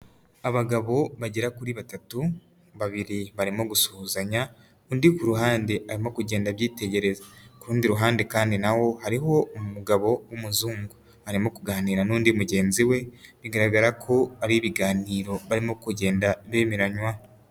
Abagabo bagera kuri batatu, babiri barimo gusuhuzanya, undi ku ruhande arimo kugenda abyitegereza, ku rundi ruhande kandi naho hariho umugabo w'umuzungu arimo kuganira n'undi mugenzi we bigaragara ko ari ibiganiro barimo kugenda bemeranywa.